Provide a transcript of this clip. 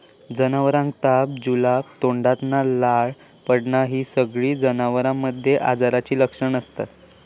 जनावरांका ताप, जुलाब, तोंडातना लाळ पडना हि सगळी जनावरांमध्ये आजाराची लक्षणा असत